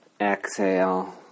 Exhale